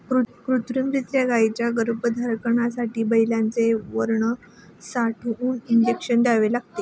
कृत्रिमरीत्या गायींच्या गर्भधारणेसाठी बैलांचे वीर्य साठवून इंजेक्शन द्यावे लागते